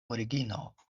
origino